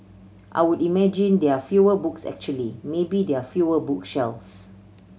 I would imagine there fewer books actually maybe there fewer book shelves